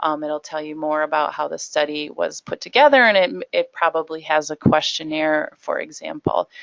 um it'll tell you more about how the study was put together, and um it probably has a questionnaire, for example.